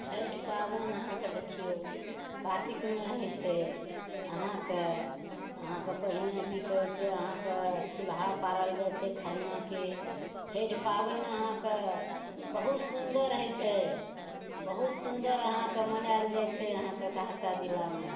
छठि पाबनि अहाँके देखिऔ कातिकमे होइ छै अहाँके पहिने कि कहै छै अहाँके चुल्हा पारल जाइ छै खरनाके छठि पाबनि अहाँके बहुत सुन्दर होइ छै बहुत सुन्दर अहाँके मनाएल जाइ छै अहाँके सहरसा जिलामे